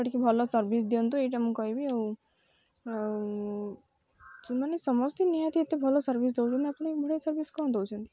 ଟିକେ ଭଲ ସର୍ଭିସ୍ ଦିଅନ୍ତୁ ଏଇଟା ମୁଁ କହିବି ଆଉ ସେମାନେ ସମସ୍ତେ ନିହାତି ଏତେ ଭଲ ସର୍ଭିସ୍ ଦେଉଛନ୍ତି ଆପଣ ଏଭଳିଆ ସର୍ଭିସ୍ କ'ଣ ଦେଉଛନ୍ତି